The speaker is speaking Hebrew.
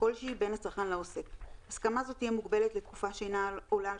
כלשהי בין הצרכן לעוסק; הסכמה זו תהיה מוגבלת לתקופה שאינה עולה על